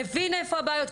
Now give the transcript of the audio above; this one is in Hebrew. מבין איפה הבעיות.